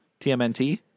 TMNT